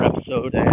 episode